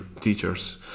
teachers